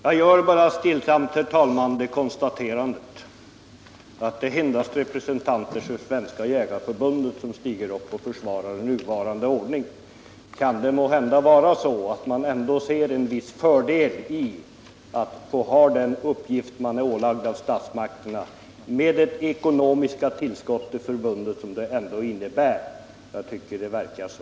Jag vill sedan bara göra det stillsamma konstaterandet att det endast är representanter för Svenska jägareförbundet som stiger upp och försvarar den nuvarande ordningen. Kan det måhända vara så att man ändå ser en viss fördel i att få behålla den uppgift som man ålagts av statsmakterna med det ekonomiska tillskott som detta medför? Jag tycker det verkar så.